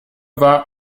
war